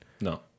no